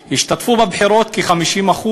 בחירה, השתתפו בבחירות כ-50%,